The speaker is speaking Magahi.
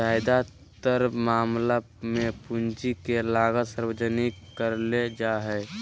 ज्यादातर मामला मे पूंजी के लागत सार्वजनिक करले जा हाई